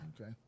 Okay